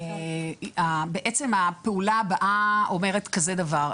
בעצם הפעולה הבאה אומרת כזה דבר: